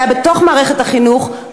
אם היה במערכת החינוך,